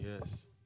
Yes